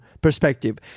perspective